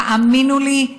תאמינו לי,